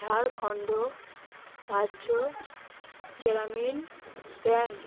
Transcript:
ঝাড়খন্ড রাজ্য গ্রামীণ ব্যাংক